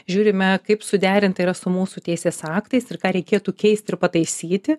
žiūrime kaip suderinta yra su mūsų teisės aktais ir ką reikėtų keisti ir pataisyti